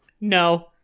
No